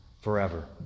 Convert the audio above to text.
forever